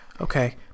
Okay